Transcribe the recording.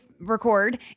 record